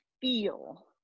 feel